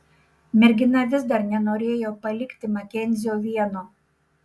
mergina vis dar nenorėjo palikti makenzio vieno